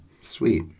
Sweet